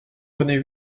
connait